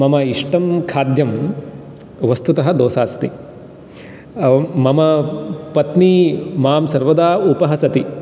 मम इष्टं खाद्यं वस्तुतः दोसा अस्ति मम पत्नी मां सर्वदा उपहसति